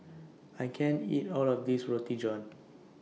I can't eat All of This Roti John